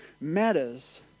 matters